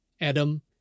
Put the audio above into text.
Adam